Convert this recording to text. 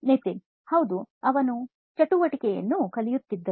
ನಿತಿನ್ ಹೌದು ಅವನು ಚಟುವಟಿಕೆಯನ್ನು ಕಲಿಯುತ್ತಿದ್ದನು